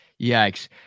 Yikes